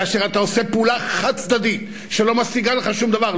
כאשר אתה עושה פעולה חד-צדדית שלא משיגה לך שום דבר,